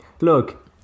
Look